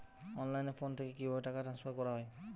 অনলাইনে ফোন থেকে কিভাবে টাকা ট্রান্সফার করা হয়?